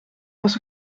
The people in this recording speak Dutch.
was